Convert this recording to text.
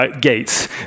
Gates